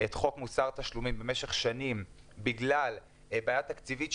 את חוק מוסר תשלומים במשך שנים בגלל בעיה תקציבית,